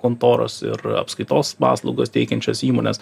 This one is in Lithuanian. kontoros ir apskaitos paslaugas teikiančios įmonės